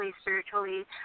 spiritually